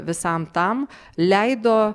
visam tam leido